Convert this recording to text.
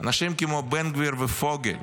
אנשים כמו בן גביר ופוגל